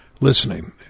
listening